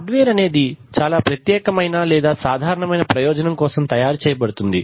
hard wear అనేది ప్రత్యేకమైన లేదా సాధారణమైన ప్రయోజనం కోసం తయారు చేయబడుతుంది